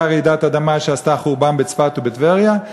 רעידת אדמה שעשתה חורבן בצפת ובטבריה,